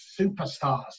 superstars